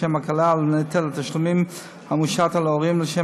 לשם הקלה של נטל התשלומים המושת על ההורים ולשם